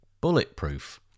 bulletproof